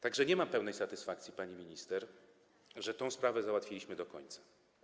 Tak że nie ma pełnej satysfakcji, pani minister, że tę sprawę załatwiliśmy do końca.